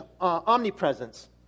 omnipresence